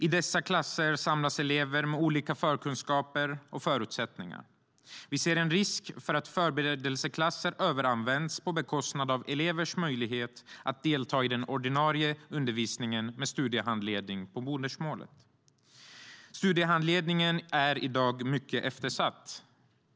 I dessa klasser samlas elever med olika förkunskaper och förutsättningar. Vi ser en risk för att förberedelseklass överanvänds på bekostnad av elevers möjlighet att delta i den ordinarie undervisningen med studiehandledning på modersmålet. Studiehandledningen är i dag mycket eftersatt.